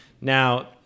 now